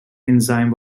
enzyme